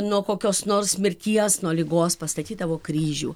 nuo kokios nors mirties nuo ligos pastatydavo kryžių